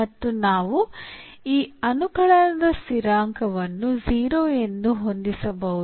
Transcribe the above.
ಮತ್ತು ನಾವು ಈ ಅನುಕಲನದ ಸ್ಥಿರಾಂಕವನ್ನು 0 ಎಂದು ಹೊಂದಿಸಬಹುದು